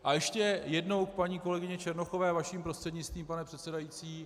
A ještě jednou k paní kolegyni Černochové, vaším prostřednictvím, pane předsedající.